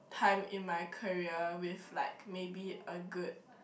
time in my career with like maybe a good